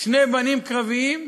שני בנים קרביים,